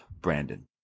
Brandon